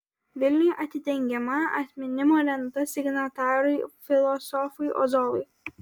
vilniuje atidengiama atminimo lenta signatarui filosofui ozolui